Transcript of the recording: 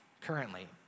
currently